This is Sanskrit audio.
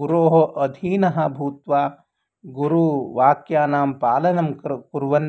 गुरोः अधीनः भूत्वा गुरुवाक्यानां पालनं कुर्वन्